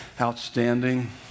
Outstanding